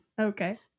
Okay